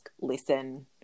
listen